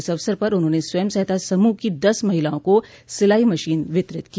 इस अवसर पर उन्होंने स्वयं सहायता समूह की दस महिलाओं को सिलाई मशीन वितरित की